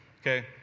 Okay